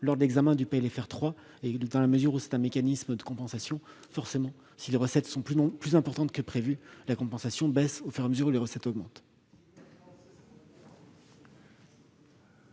lors de l'examen du PLFR 3. Dans la mesure où il s'agit d'un mécanisme de compensation, si les recettes sont plus importantes que prévu, la compensation baisse au fur et à mesure de l'augmentation